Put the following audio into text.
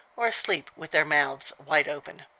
or asleep with their mouths wide open.